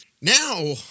Now